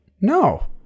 no